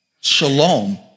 Shalom